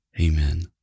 Amen